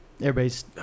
Everybody's